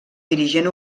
dirigent